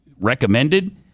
recommended